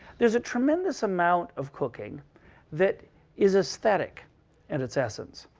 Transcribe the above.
there's a tremendous amount of cooking that is aesthetic at its essence.